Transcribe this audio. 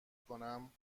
کنم